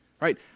right